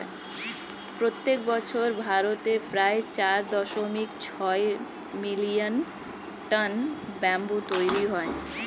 প্রত্যেক বছর ভারতে প্রায় চার দশমিক ছয় মিলিয়ন টন ব্যাম্বু তৈরী হয়